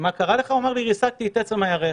הוא אמר לי שהוא ריסק את עצם הירך